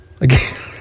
Again